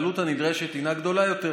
העלות הנדרשת הינה גדולה יותר,